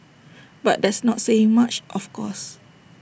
but that's not saying much of course